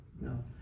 no